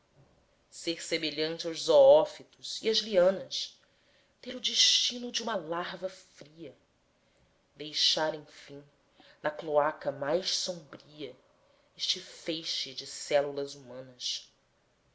ser semelhante aos zoófitos e às lianas ter o destino de uma larva fria deixar enfim na cloaca mais sombria este feixe de células humanas